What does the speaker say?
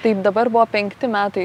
taip dabar buvo penkti metai